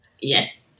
Yes